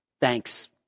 Thanks